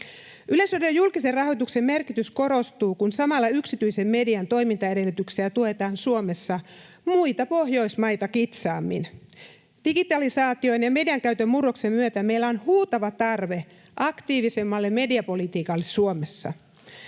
Yleisradion julkisen rahoituksen merkitys korostuu, kun samalla yksityisen median toimintaedellytyksiä tuetaan Suomessa muita Pohjoismaita kitsaammin. Digitalisaation ja median käytön murroksen myötä meillä on huutava tarve aktiivisemmalle mediapolitiikalle Suomessa.